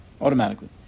Automatically